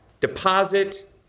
deposit